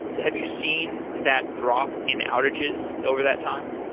have you seen that drop in outages over that time?